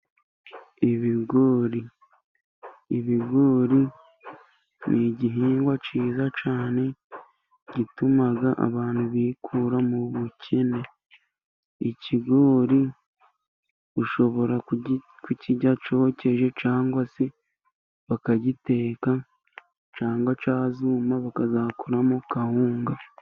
Ibigori, ibigori ni igihingwa cyiza cyane gituma abantu bikura mu bukene. Ikigori ushobora kukirya cyokeje, cyangwa se bakagiteka cyangwa cyazuma bakazakoramo kawunga.